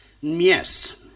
Yes